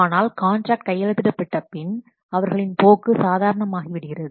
ஆனால் காண்ட்ராக்ட் கையெழுத்திடப்பட்ட பின் அவர்களின் போக்கு சாதாரணமாகிவிடுகிறது